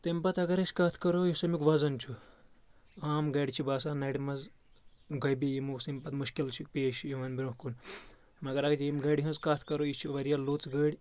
تمہِ پتہٕ اگر أسۍ کتھ کرو یُس امیُک وَزن چھُ عام گرِ باسان نرِ منٛز گوٚبہِ یِمو سٕن پتہٕ مُشکِل چھِ پیش یِوان برونٛہہ کُن مَگَر اَگَر ییٚمہِ گرِ ہٕنٛز کتھ کرو یہِ چھِ واریاہ لوٚژ گٔر